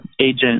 agent